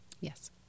Yes